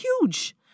huge